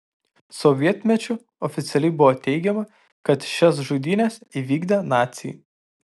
sovietmečiu oficialiai buvo teigiama kad šias žudynes įvykdė naciai